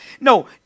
no